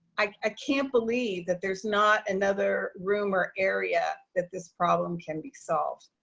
i ah can't believe that there's not another room or area that this problem can be solved.